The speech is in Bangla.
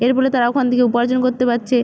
এর ফলে তারা ওখান থেকে উপার্জন করতে পারছে